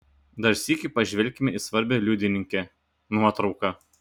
dar sykį pažvelkime į svarbią liudininkę nuotrauką